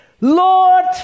Lord